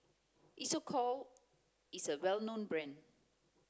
Isocal is a well known brand